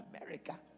America